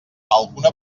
alguna